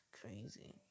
crazy